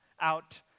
out